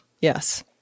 Yes